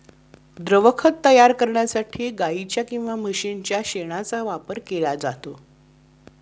द्रवखत तयार करण्यासाठी गाईच्या किंवा म्हशीच्या शेणाचा वापरही केला जातो